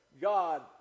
God